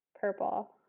Purple